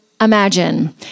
imagine